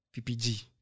PPG